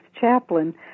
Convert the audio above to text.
chaplain